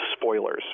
spoilers